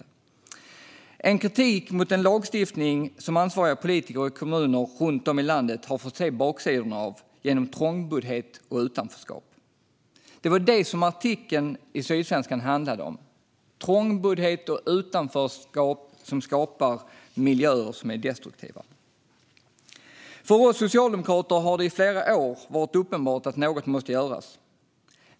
Det är en kritik mot en lagstiftning som ansvariga politiker i kommuner runt om i landet har fått se baksidorna av genom trångboddhet och utanförskap. Det var det som artikeln i Sydsvenskan handlade om, det vill säga trångboddhet och utanförskap som skapar destruktiva miljöer. För oss socialdemokrater har det i flera år varit uppenbart att något måste göras.